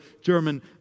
German